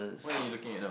what are you looking at now